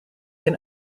can